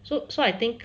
so so I think